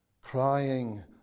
crying